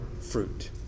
fruit